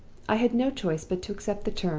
i had no choice but to accept the terms,